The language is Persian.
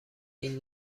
این